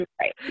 right